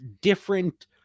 different –